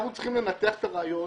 אנחנו צריכים לנתח את הרעיון